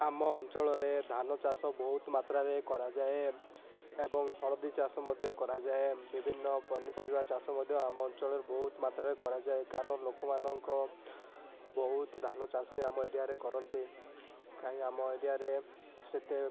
ଆମ ଅଞ୍ଚଳରେ ଧାନ ଚାଷ ବହୁତ୍ ମାତ୍ରାରେ କରାଯାଏ ଏବଂ ହଳଦୀ ଚାଷ ମଧ୍ୟ କରାଯାଏ ବିଭିନ୍ନ ପନିପରିବା ଚାଷ ମଧ୍ୟ ଆମ ଅଞ୍ଚଳରେ ବହୁତ୍ ମାତ୍ରାରେ କରାଯାଏ କାରଣ ଲୋକମାନଙ୍କ ବହୁତ୍ ଧାନ ଚାଷ ଆମ ଏରିଆରେ କରନ୍ତି କାହିଁକି ଆମ ଏରିଆରେ ସେତେ